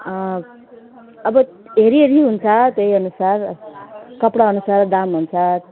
अब हेरी हेरी हुन्छ त्यही अनुसार कपडा अनुसार दाम हुन्छ